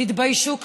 תתביישו קצת.